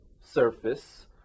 surface